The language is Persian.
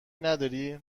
نداری